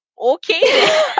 okay